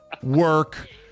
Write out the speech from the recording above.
work